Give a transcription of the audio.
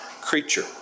creature